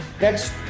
next